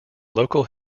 local